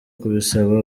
kubisaba